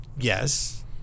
yes